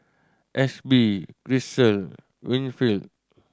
Ashby Grisel Winfield